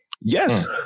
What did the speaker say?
Yes